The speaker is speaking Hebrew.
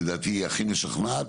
שלדעתי היא הכי משכנעת,